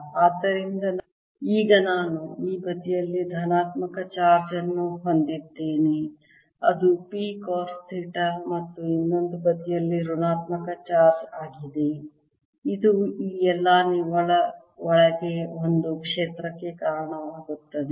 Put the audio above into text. ಆದ್ದರಿಂದ ಈಗ ನಾನು ಈ ಬದಿಯಲ್ಲಿ ಈ ಧನಾತ್ಮಕ ಚಾರ್ಜ್ ಅನ್ನು ಹೊಂದಿದ್ದೇನೆ ಅದು P ಕಾಸ್ ಥೀಟಾ ಮತ್ತು ಇನ್ನೊಂದು ಬದಿಯಲ್ಲಿ ಋಣಾತ್ಮಕ ಚಾರ್ಜ್ ಆಗಿದೆ ಮತ್ತು ಇದು ಈ ಎಲ್ಲಾ ನಿವ್ವಳ ಒಳಗೆ ಒಂದು ಕ್ಷೇತ್ರಕ್ಕೆ ಕಾರಣವಾಗುತ್ತದೆ